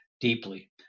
deeply